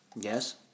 Yes